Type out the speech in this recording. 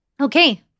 Okay